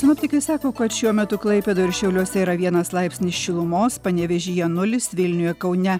sinoptikai sako kad šiuo metu klaipėdoje ir šiauliuose yra vienas laipsnis šilumos panevėžyje nulis vilniuje kaune